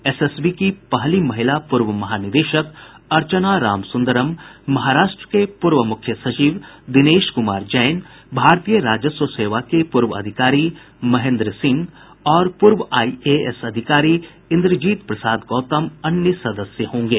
SSB की पहली महिला पूर्व महानिदेशक अर्चना रामसुंदरम महाराष्ट्र के पूर्व मुख्य सचिव दिनेश कुमार जैन भारतीय राजस्व सेवा के पूर्व अधिकारी महेन्द्र सिंह और पूर्व आईएएस अधिकारी इंद्रजीत प्रसाद गौतम अन्य सदस्य होंगे